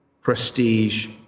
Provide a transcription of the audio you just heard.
prestige